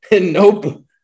Nope